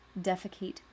defecate